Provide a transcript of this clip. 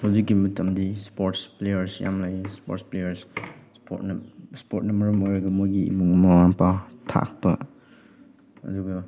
ꯍꯧꯖꯤꯛꯀꯤ ꯃꯇꯝꯗꯤ sport players ꯌꯥꯝ ꯂꯩ ꯏꯁꯄꯣꯔꯠ ꯄ꯭ꯂꯦꯌꯔ ꯏꯁꯄꯣꯔꯠꯅ ꯏꯁꯄꯣꯔꯠꯅ ꯃꯔꯝ ꯑꯣꯏꯔꯒ ꯃꯣꯏꯒꯤ ꯏꯃꯨꯡ ꯃꯃꯥ ꯃꯄꯥ ꯊꯥꯛꯄ ꯑꯗꯨꯒ